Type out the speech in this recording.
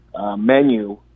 menu